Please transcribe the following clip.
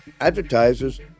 Advertisers